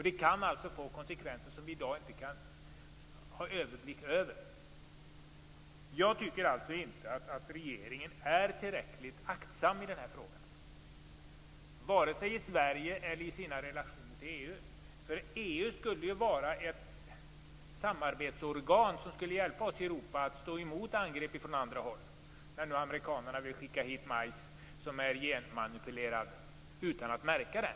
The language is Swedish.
Det kan alltså få konsekvenser som vi i dag inte har överblick över. Jag tycker alltså inte att regeringen är tillräckligt aktsam i den här frågan, vare sig i Sverige eller i sina relationer till EU. EU skulle ju vara ett samarbetsorgan som skulle hjälpa oss i Europa att stå emot angrepp från andra håll, när amerikanarna vill skicka hit majs som är genmanipulerad utan att märka den.